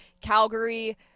Calgary